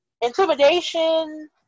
intimidation